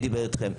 מי דיבר אתכם?